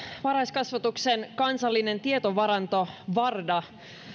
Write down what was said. varhaiskasvatuksen kansallinen tietovaranto varda